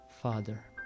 Father